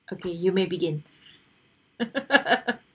okay you may begin